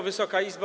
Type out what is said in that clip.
Wysoka Izbo!